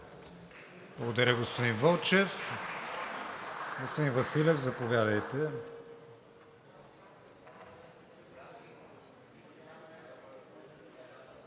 Благодаря, господин Вълчев. Господин Василев, заповядайте.